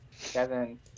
Kevin